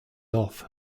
off